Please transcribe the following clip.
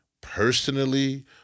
personally